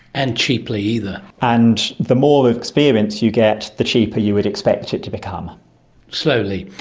and cheaply either. and the more experience you get, the cheaper you would expect it to become slowly.